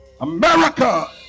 America